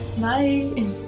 Bye